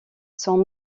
son